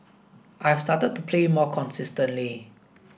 I've started to play more consistently